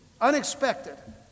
unexpected